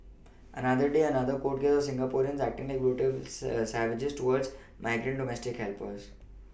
another day another court case of Singaporeans acting like brutal savages towards migrant domestic helpers